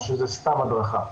או שזה סתם הדרכה?